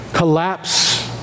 Collapse